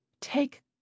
Take